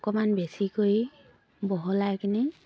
অকণমান বেছিকৈ বহলাই কেনে